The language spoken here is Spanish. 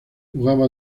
jugaba